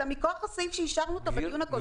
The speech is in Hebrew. אלא מכוח הסעיף שאישרנו בדיון הקודם.